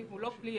זמן